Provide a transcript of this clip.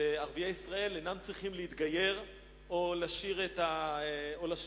שערביי ישראל אינם צריכים להתגייר או לשיר את "התקווה".